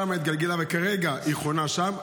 לשם היא התגלגלה, וכרגע היא חונה שם.